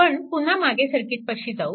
आपण पुन्हा मागे सर्किटपाशी जाऊ